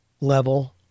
level